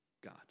God